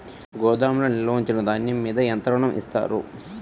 గోదాములో నిల్వ ఉంచిన ధాన్యము మీద ఎంత ఋణం ఇస్తారు?